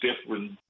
different